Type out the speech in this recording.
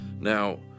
Now